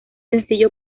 sencillo